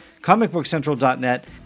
comicbookcentral.net